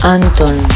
Anton